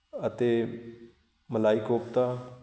ਅਤੇ ਮਲਾਈ ਕੋਫਤਾ